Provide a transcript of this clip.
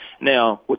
Now